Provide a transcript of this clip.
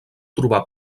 trobar